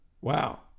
Wow